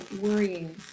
worrying